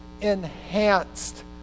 enhanced